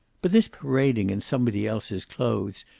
but this parading in somebody else's clothes,